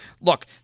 Look